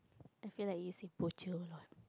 I feel like you see poucher